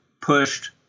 pushed